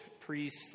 priest